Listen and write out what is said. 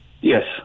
Yes